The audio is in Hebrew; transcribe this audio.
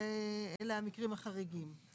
אלה המקרים החריגים,